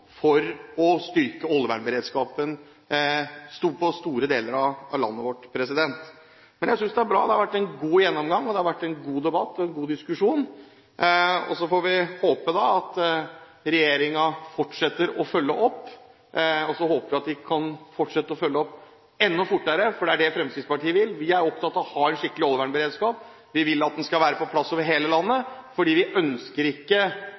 for å styrke oljevernberedskapen i store deler av landet vårt. Men jeg synes det er bra, det har vært en god gjennomgang, og det har vært en god debatt og en god diskusjon. Så får vi håpe at regjeringen fortsetter å følge dette opp – og enda fortere, for det er det Fremskrittspartiet vil. Vi er opptatt av å ha en skikkelig oljevernberedskap. Vi vil at den skal være på plass over hele landet. Vi ønsker ikke